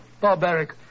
Barbaric